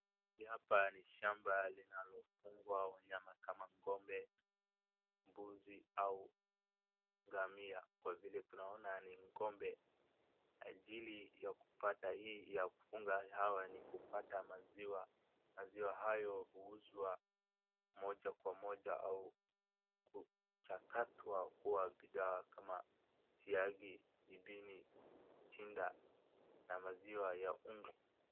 Hapa ni shamba linalofungwa wanyama kama ng'ombe, mbuzi au ngamia. Kwa vile tunaona ni ng'ombe ajili ya kupata hii ya kufunga hawa ni kupata maziwa. Maziwa hayo huuzwa moja kwa moja au kuchakatwa kuwa bidhaa kama siagi, jibini, mtindi na maziwa ya unga.